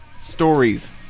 Stories